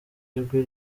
ijwi